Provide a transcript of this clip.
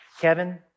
Kevin